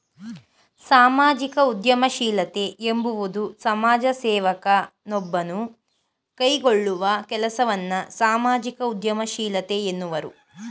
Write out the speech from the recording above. ಸಾಮಾಜಿಕ ಉದ್ಯಮಶೀಲತೆ ಎಂಬುವುದು ಸಮಾಜ ಸೇವಕ ನೊಬ್ಬನು ಕೈಗೊಳ್ಳುವ ಕೆಲಸವನ್ನ ಸಾಮಾಜಿಕ ಉದ್ಯಮಶೀಲತೆ ಎನ್ನುವರು